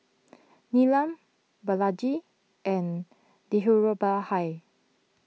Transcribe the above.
Neelam Balaji and Dhirubhai